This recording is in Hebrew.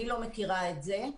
אני לא מכירה את זה.